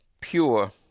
pure